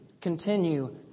continue